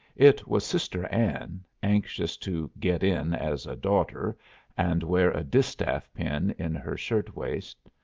it was sister anne, anxious to get in as a daughter and wear a distaff pin in her shirt-waist,